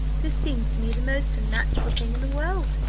this seemed to me the most unnatural thing in the world,